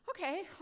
Okay